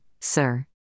sir